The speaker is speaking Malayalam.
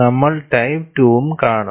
നമ്മൾ ടൈപ്പ് 2 ഉം കാണും